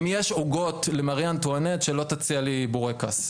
אם יש עוגות למארי אנטואנט, שלא תציע לי בורקס.